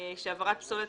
שהבערת פסולת